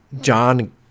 john